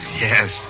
Yes